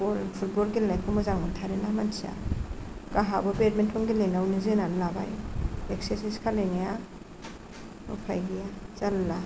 बल football गेलेनायखौ मोजां मोन्थारो ना मानसिया गाहाबो बेदमिन्तन गेलेनायावनो जोनानै लाबाय एक्सार्क्साइज खालायनाया उफाय गैया जारला